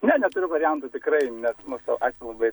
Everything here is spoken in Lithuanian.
ne neturiu variantų tikrai net mūsų ačiū labai